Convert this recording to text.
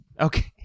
Okay